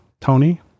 Tony